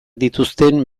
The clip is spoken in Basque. dituzten